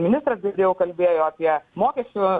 ministras jau kalbėjo apie mokesčių